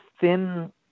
thin